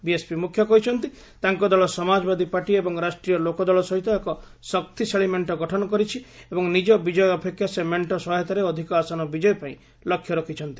BSP ମୁଖ୍ୟ କହିଛନ୍ତି ତାଙ୍କ ଦଳ ସମାଜବାଦୀ ପାର୍ଟି ଏବଂ ରାଷ୍ଟ୍ରୀୟ ଲୋକଦଳ ସହିତ ଏକ ଶକ୍ତିଶାଳୀ ମେଣ୍ଟ ଗଠନ କରିଛି ଏବଂ ନିଜ ବିଜୟ ଅପେକ୍ଷା ସେ ମେଣ୍ଟ ସହାୟତାରେ ଅଧିକ ଆସନ ବିଜୟ ପାଇଁ ଲକ୍ଷ୍ୟ ରଖିଛନ୍ତି